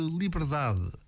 liberdade